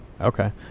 Okay